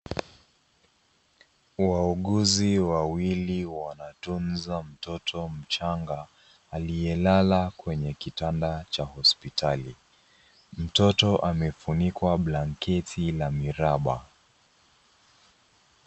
Wauguzi wawili wanatunza mtoto mchanga, aliyelala kwenye kitanda cha hospitali. Mtoto amefunikwa blanketi na miraba